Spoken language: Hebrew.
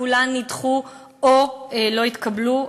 כולן נדחו או לא התקבלו,